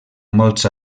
molts